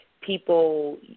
people